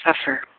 suffer